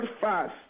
fast